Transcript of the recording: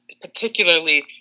particularly